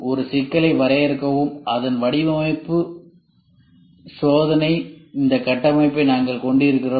ஒரு சிக்கலை வரையறுக்கவும் அதன் வடிவமைப்பு இது சோதனை இந்த கட்டமைப்பை நாங்கள் கொண்டிருக்கிறோம்